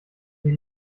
die